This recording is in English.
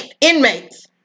inmates